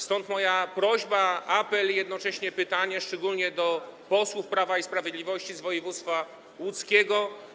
Stąd moja prośba, apel i jednocześnie pytanie, szczególnie do posłów Prawa i Sprawiedliwości z województwa łódzkiego: